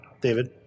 David